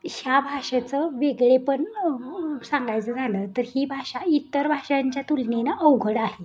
ह्या भाषेचं वेगळे पण सांगायचं झालं तर ही भाषा इतर भाषांच्या तुलनेनं अवघड आहे